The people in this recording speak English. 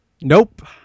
Nope